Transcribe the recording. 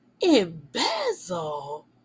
Embezzle